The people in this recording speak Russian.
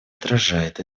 отражает